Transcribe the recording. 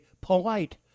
polite